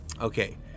Okay